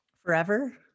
Forever